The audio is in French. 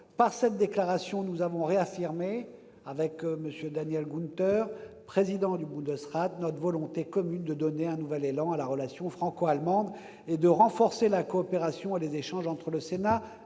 Par cette déclaration, nous avons réaffirmé, avec M. Daniel Günther, président du Bundesrat, notre volonté commune de donner un nouvel élan à la relation franco-allemande et de renforcer la coopération et les échanges entre le Sénat